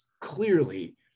clearly